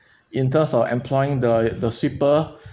in terms of employing the the sweeper